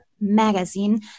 Magazine